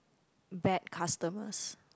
bad customers